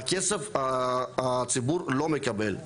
והכסף הציבור לא מקבל.